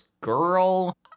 girl